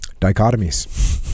dichotomies